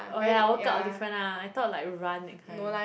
oh yeah workout different ah I thought like run that kind